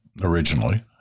originally